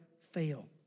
fail